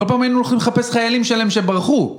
כל פעם היינו הולכים לחפש חיילים שלהם שברחו